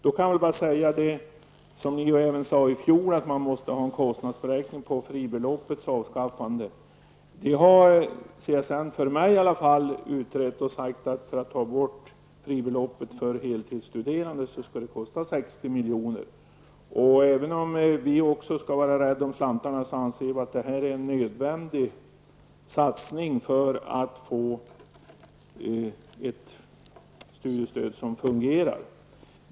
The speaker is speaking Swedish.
Då kan man säga som ni sade även i fjol att man måste ha en kostnadsberäkning beträffande fribeloppets avskaffande. CSN har utrett och till mig sagt att ett borttagande av fribeloppet för heltidsstuderande kostar 60 miljoner. Även om vi också skall vara rädda om slantarna anser vi att detta är en nödvändig satsning för att få ett fungerande studiestöd.